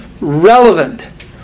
relevant